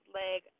leg